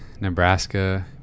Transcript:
Nebraska